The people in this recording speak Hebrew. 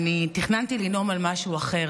תכננתי לנאום על משהו אחר,